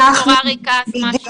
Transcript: הם לא באים להיבדק אין בדיקה, ברור.